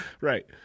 Right